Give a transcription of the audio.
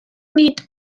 nid